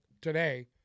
today